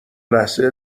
لحظه